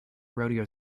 rodeo